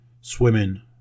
Swimming